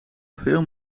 veel